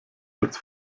als